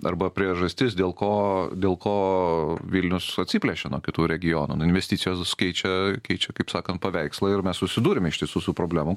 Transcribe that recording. arba priežastis dėl ko dėl ko vilnius atsiplėšė nuo kitų regionų investicijos keičia keičia kaip sakant paveikslą ir mes susidūrėm iš tiesų su problemom